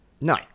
no